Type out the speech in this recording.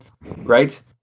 right